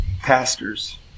pastors